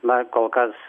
na kol kas